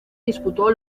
disputó